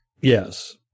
Yes